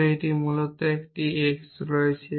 তবে এতে মূলত একটি x রয়েছে